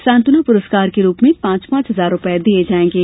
सांत्वना प्रस्कार के रूप में पांच पांच हजार रुपये दिये जायेंगे